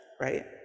right